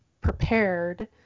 prepared